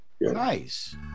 Nice